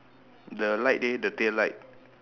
the light they the tail light